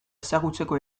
ezagutzeko